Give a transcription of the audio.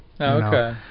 okay